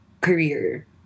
career